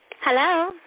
Hello